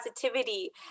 positivity